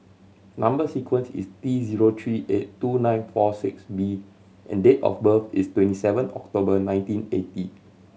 number sequence is T zero three eight two nine four six B and date of birth is twenty seven October nineteen eighty